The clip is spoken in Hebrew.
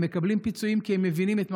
הם מקבלים פיצויים כי הם מבינים את מה,